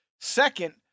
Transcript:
Second